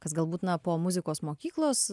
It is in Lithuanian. kas galbūt na po muzikos mokyklos